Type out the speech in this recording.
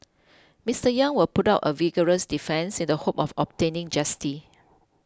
Mister Yang will put up a vigorous defence in the hope of obtaining justice